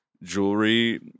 jewelry